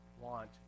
want